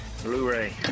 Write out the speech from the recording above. Blu-ray